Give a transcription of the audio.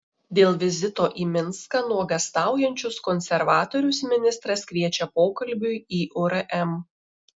dėl vizito į minską nuogąstaujančius konservatorius ministras kviečia pokalbiui į urm